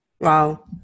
Wow